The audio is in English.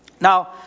Now